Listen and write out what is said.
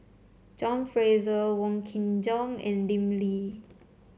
John Fraser Wong Kin Jong and Lim Lee